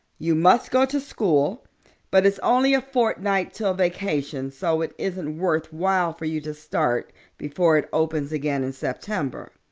you must go to school but it's only a fortnight till vacation so it isn't worth while for you to start before it opens again in september.